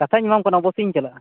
ᱠᱟᱛᱷᱟᱧ ᱮᱢᱟᱢ ᱠᱟᱱᱟ ᱚᱵᱚᱥᱥᱚᱧ ᱪᱟᱞᱟᱜᱼᱟ